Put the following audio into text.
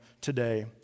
today